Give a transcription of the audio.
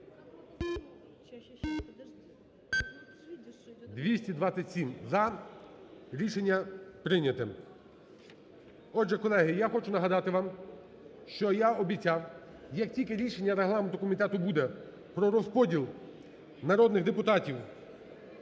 227 – "за", рішення прийнято. Отже, колеги, я хочу нагадати вам, що я обіцяв, як тільки рішення регламентного комітету буде про розподіл народних депутатів